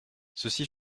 ceci